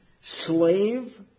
slave